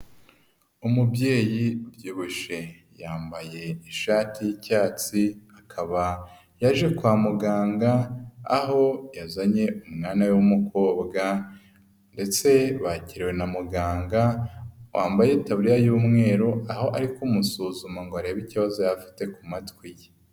Umubyeyi ubyibushye. Yambaye ishati y'icyatsi, akaba yaje kwa muganga, aho yazanye umwana we we w'umukobwa, ndetse bakiriwe na muganga, wambaye itaburiya y'umweru aho ari kumusuzuma ngo arebe ikibazo yaba afite ku matwi ye.